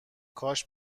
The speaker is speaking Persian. کاش